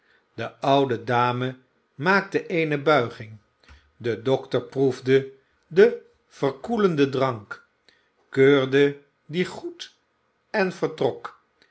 de oude dame maakte eene buiging de dokter proefde den verkoelenden drank keurde dien goed en vertrok